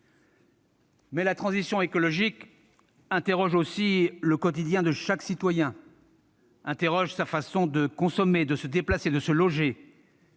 la transition écologique interroge aussi le quotidien de chaque citoyen, sa façon de consommer, de se déplacer, de se loger.